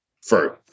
first